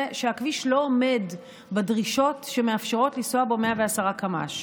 שהכביש לא עומד בדרישות שמאפשרות לנסוע בו 110 קמ"ש.